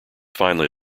finally